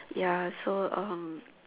ya so um